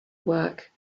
work